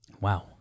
Wow